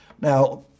Now